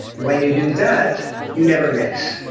when you do that you never miss.